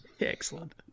Excellent